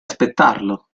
aspettarlo